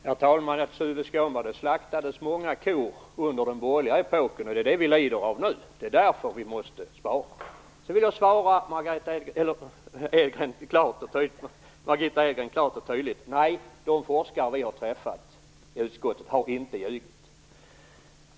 Herr talman! Det slaktades många kor under den borgerliga epoken, Tuve Skånberg. Det är det vi lider av nu. Det är därför vi måste spara. Så vill jag svara Margitta Edgren klart och tydligt: Nej, de forskare vi har träffat i utskottet har inte ljugit.